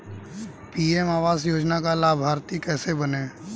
PM आवास योजना का लाभर्ती कैसे बनें?